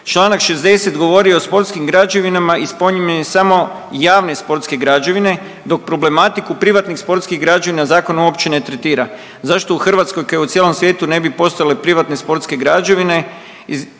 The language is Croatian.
Čl. 60. govori o sportskim građevinama i spominje samo javne sportske građevine dok problematiku privatnih sportskih građevina zakon uopće ne tretira. Zašto u Hrvatskoj kao i u cijelom svijetu ne bi postojale privatne sportske građevine